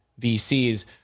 VCs